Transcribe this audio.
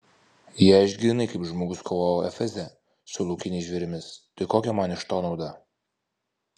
jei aš grynai kaip žmogus kovojau efeze su laukiniais žvėrimis tai kokia man iš to nauda